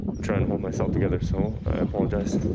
i'm trying to hold myself together so i apologize.